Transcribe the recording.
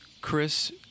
Chris